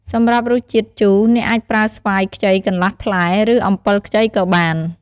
សម្រាប់រសជាតិជូរ អ្នកអាចប្រើស្វាយខ្ចីកន្លះផ្លែ ឬអំពិលខ្ចីក៏បាន។